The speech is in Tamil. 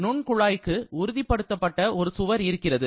நுண்குழாய்க்கு உறுதிப்படுத்தப்பட்ட ஒரு சுவர் இருக்கிறது